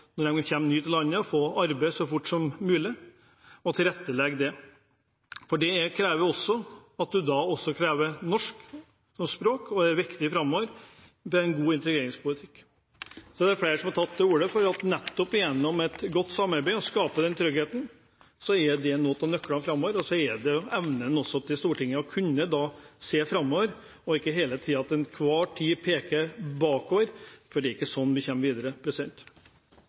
når en kommer ny til landet, skal det tilrettelegges for at en får arbeid så fort som mulig. Det krever også at man trenger norsk som språk – det vil være viktig framover. Det er en god integreringspolitikk. Så er det flere som har tatt til orde for nettopp gjennom et godt samarbeid å skape trygghet. Det er også en nøkkel framover, i tillegg til Stortingets evne til å kunne se framover og ikke til enhver tid peke bakover. Det er ikke slik vi kommer videre.